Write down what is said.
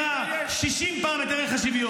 -- היא מזכירה 60 פעמים את ערך השוויון,